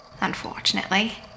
unfortunately